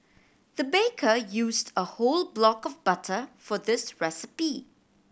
the baker used a whole block of butter for this recipe